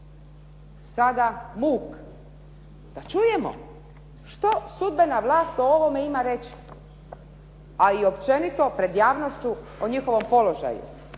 Sada muk. Da čujemo, što sudbena vlast o ovome ima reći. A i općenito pred javnošću o njihovom položaju.